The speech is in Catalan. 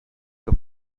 que